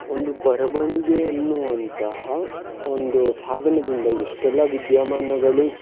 ಒಂದು ಬರವಣಿಗೆ ಅನ್ನುವಂತಹ ಒಂದು ಸಾಧನದಿಂದ ಎಷ್ಟೆಲ್ಲ ವಿದ್ಯಮಾನಗಳು